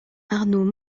arnaud